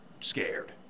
scared